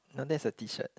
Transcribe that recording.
no that's a T-shirt